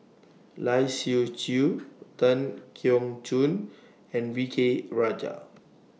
Lai Siu Chiu Tan Keong Choon and V K Rajah